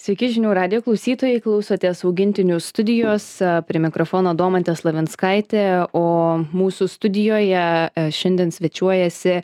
sveiki žinių radijo klausytojai klausotės augintinių studijos prie mikrofono domantė slavinskaitė o mūsų studijoje šiandien svečiuojasi